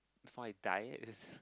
before I die it's